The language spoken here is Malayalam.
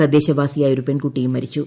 തദ്ദേശവാസിയായ ഒരു പെൺകുട്ടിയും മരിച്ചു